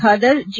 ಬಾದರ್ G